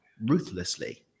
ruthlessly